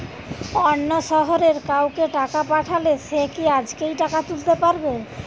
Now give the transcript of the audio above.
অন্য শহরের কাউকে টাকা পাঠালে সে কি আজকেই টাকা তুলতে পারবে?